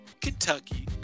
Kentucky